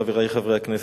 חברי חברי הכנסת,